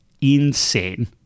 insane